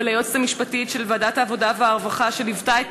וליועצת המשפטית של ועדת העבודה והרווחה שליוותה את